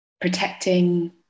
protecting